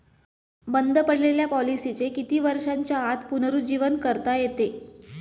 बंद पडलेल्या पॉलिसीचे किती वर्षांच्या आत पुनरुज्जीवन करता येते?